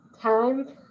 Time